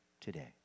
today